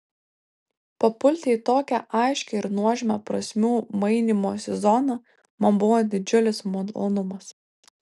papulti į tokią aiškią ir nuožmią prasmių mainymosi zoną man buvo didžiulis malonumas